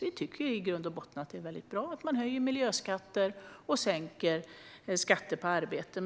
Vi tycker i grund och botten att det är bra att man höjer miljöskatter och sänker skatter på arbete.